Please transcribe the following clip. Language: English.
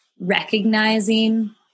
recognizing